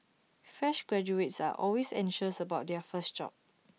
fresh graduates are always anxious about their first job